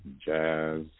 jazz